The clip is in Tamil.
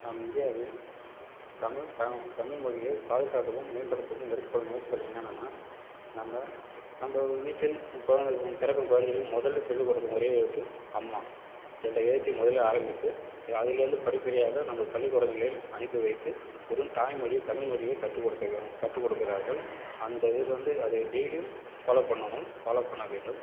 நாம் இந்தியாவில் தமிழ் த தமிழ் மொழியை பாதுகாக்கவும் மேம்படுத்தவும் எடுக்கப்படும் முயற்சிகள் என்னென்னா நம்ம நம்ம வீட்டில் குழந்தை பிறக்கும் குழந்தைகள் முதல்ல சொல்லிக் கொடுக்கும் ஒரே எழுத்து அம்மா என்ற எழுத்தை முதல்ல ஆரம்பித்து அதிலிருந்து படிப்படியாக நம்ம பள்ளிக்கூடங்களில் அனுப்பி வைத்து வெறும் தாய் மொழியை தமிழ் மொழியை கற்றுக்கொடுக்கவேணும் கற்றுக்கொடுக்கிறார்கள் அந்த இதிலிருந்து அதை டெய்லியும் ஃபாலோ பண்ணணும் ஃபாலோ பண்ண வேண்டும்